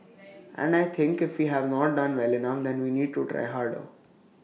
and I think if we have not done well enough then we need to try harder